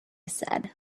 said